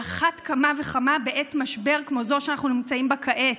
על אחת כמה וכמה בעת משבר כמו זו שאנחנו נמצאים בה כעת.